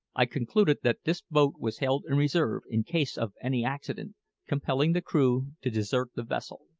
i concluded that this boat was held in reserve in case of any accident compelling the crew to desert the vessel.